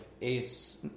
ace